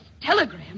telegram